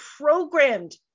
programmed